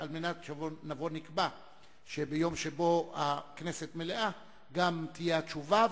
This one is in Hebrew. כדי שנבוא ונקבע שביום שבו הכנסת מלאה תהיה התשובה,